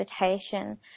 meditation